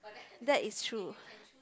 that is true